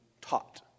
taught